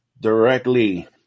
Directly